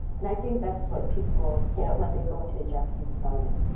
and i think that's what people get when they go into a japanese garden.